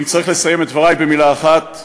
אם אני צריך לסיים את דברי במילה אחת,